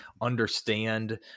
understand